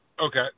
Okay